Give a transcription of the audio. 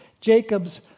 Jacob's